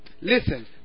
Listen